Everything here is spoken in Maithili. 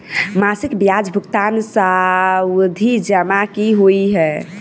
मासिक ब्याज भुगतान सावधि जमा की होइ है?